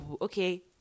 okay